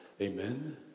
Amen